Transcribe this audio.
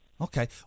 Okay